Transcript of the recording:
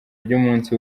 ry’umunsi